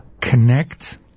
connect